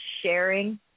sharing